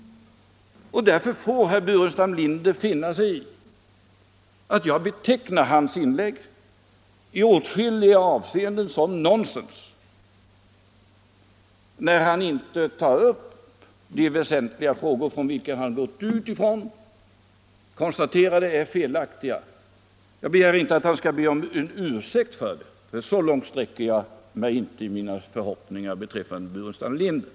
Då han inte till diskussion tar upp de väsentliga frågor han utgått från men som jag alltså nu konstaterat vara felaktiga får herr Burenstam Linder finna sig i att jag betecknar hans inlägg i åtskilliga avseenden som nonsens. Jag begär inte att han skall be om ursäkt för det, så långt sträcker jag mig inte i mina förhoppningar beträffande herr Burenstam Linder.